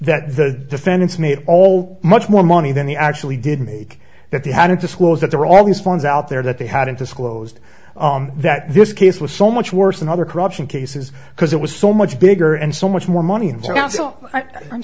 that the defendants made all much more money than they actually did make that they had to disclose that they were all these funds out there that they hadn't disclosed that this case was so much worse than other corruption cases because it was so much bigger and so much more money